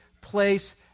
place